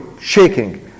Shaking